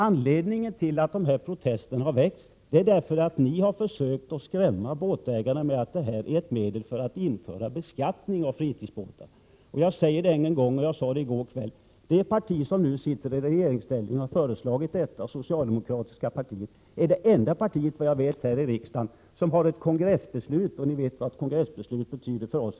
Anledningen till protesterna är att ni har försökt att skrämma båtägarna genom att tala om för dem att det här är ett sätt att införa beskattning av fritidsbåtar. Jag säger ännu en gång — jag sade nämligen samma sak i går kväll: Det parti som nu är i regeringsställning har föreslagit registrering. Det socialdemokratiska partiet är också det enda parti som — såvitt jag vet — har ett kongressbeslut bakom sig i detta sammanhang, och ni vet vad ett kongressbeslut betyder för oss.